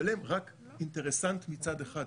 אבל הם רק אינטרסנט מצד אחד,